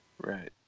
Right